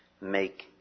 make